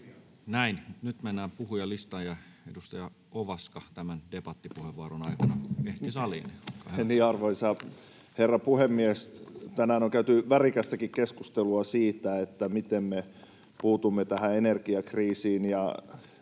Näin. — Nyt mennään puhujalistaan, ja edustaja Ovaska tämän debattipuheenvuoron aikana ehti saliin. Olkaa hyvä. Arvoisa herra puhemies! Tänään on käyty värikästäkin keskustelua siitä, miten me puutumme tähän energiakriisiin,